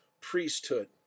priesthood